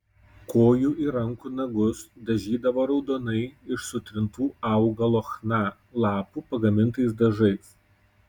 kojų ir rankų nagus dažydavo raudonai iš sutrintų augalo chna lapų pagamintais dažais